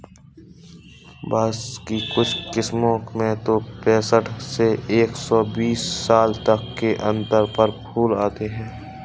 बाँस की कुछ किस्मों में तो पैंसठ से एक सौ बीस साल तक के अंतर पर फूल आते हैं